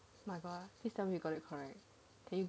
my god please tell me you got it correct then you